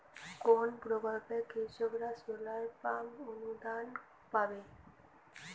কোন প্রকল্পে কৃষকরা সোলার পাম্প অনুদান পাবে?